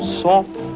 soft